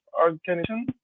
organization